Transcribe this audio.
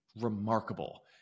remarkable